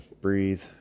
breathe